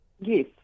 Yes